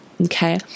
Okay